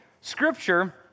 Scripture